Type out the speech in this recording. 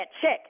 check